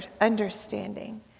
understanding